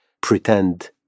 pretend